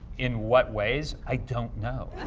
in what ways? i don't know.